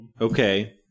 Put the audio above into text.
Okay